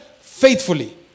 faithfully